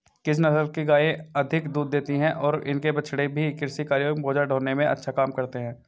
किस नस्ल की गायें अधिक दूध देती हैं और इनके बछड़े भी कृषि कार्यों एवं बोझा ढोने में अच्छा काम करते हैं?